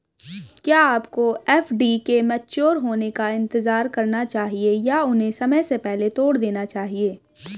क्या आपको एफ.डी के मैच्योर होने का इंतज़ार करना चाहिए या उन्हें समय से पहले तोड़ देना चाहिए?